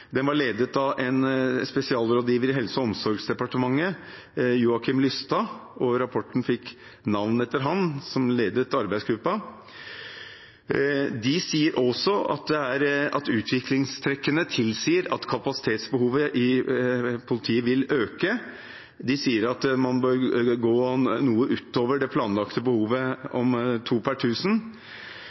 var ledet av en spesialrådgiver i Helse- og omsorgsdepartementet, Joakim Lystad, og rapporten fikk navnet etter ham som leder av arbeidsgruppen. De sier også at utviklingstrekkene tilsier at kapasitetsbehovet i politiet vil øke. De sier at man bør gå noe utover det planlagte behovet for to per